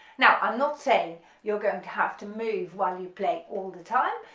now i'm not saying you're going to have to move while you play all the time,